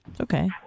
Okay